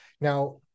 Now